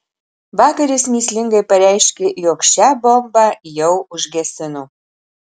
vakar jis mįslingai pareiškė jog šią bombą jau užgesino